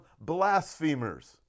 blasphemers